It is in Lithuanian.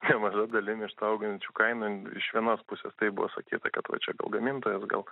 nemaža dalim iš tų augančių kainų iš vienos pusės taip buvo sakyta kad va čia gal gamintojas gal